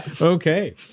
Okay